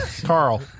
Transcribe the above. Carl